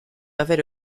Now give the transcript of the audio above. avere